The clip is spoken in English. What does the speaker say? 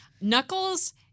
Knuckles